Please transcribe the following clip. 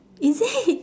is it